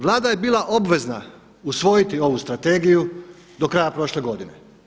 Vlada je bila obvezna usvojiti ovu strategiju do kraja prošle godine.